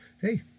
hey